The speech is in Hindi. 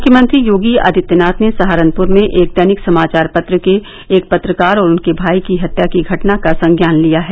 मुख्यमंत्री योगी आदित्यनाथ ने सहारनपुर में एक दैनिक समाचार पत्र के एक पत्रकार और उनके भाई की हत्या की घटना का संज्ञान लिया है